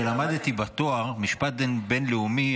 כשלמדתי בתואר משפט בין-לאומי,